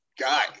guy